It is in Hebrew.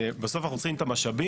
בסוף אנחנו צריכים את המשאבים.